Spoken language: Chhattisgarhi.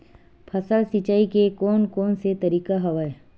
फसल सिंचाई के कोन कोन से तरीका हवय?